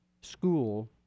school